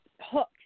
hook